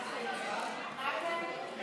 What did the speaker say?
ההצעה להעביר לוועדה את הצעת חוק הביטוח הלאומי (תיקון,